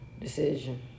decision